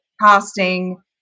casting